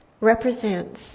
represents